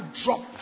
drop